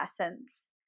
essence